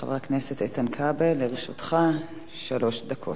חבר הכנסת איתן כבל, לרשותך שלוש דקות.